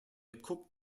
cook